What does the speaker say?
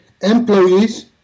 employees